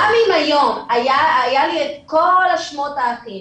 גם אם היום היה לי את כל שמות האחים